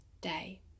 day